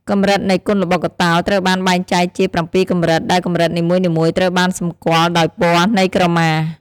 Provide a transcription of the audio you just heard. កម្រិតនៃគុនល្បុក្កតោ ត្រូវបានបែងចែកជា ៧កម្រិត ដែលកម្រិតនីមួយៗត្រូវបានសម្គាល់ដោយពណ៌នៃក្រមា។